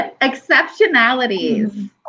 Exceptionalities